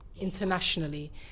internationally